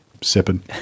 sipping